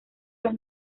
las